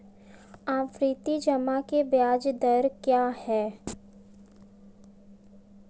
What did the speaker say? आवर्ती जमा की ब्याज दर क्या है?